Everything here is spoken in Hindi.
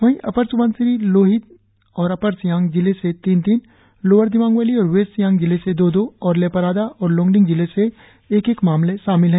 वहीं अपर स्बनसिरी लोहित औरअपर सियांग जिले से तीन तीन लोअर दिबांग वैली और वेस्ट सियांग जिले से दो दो और लेपारादा और लोंगडिंग जिले से एक एक मामले शामिल है